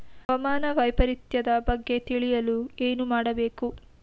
ಹವಾಮಾನ ವೈಪರಿತ್ಯದ ಬಗ್ಗೆ ತಿಳಿಯಲು ಏನು ಮಾಡಬೇಕು?